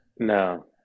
No